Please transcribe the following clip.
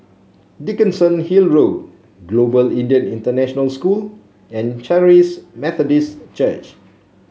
Dickenson Hill Road Global Indian International School and Charis Methodist Church